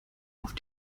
auf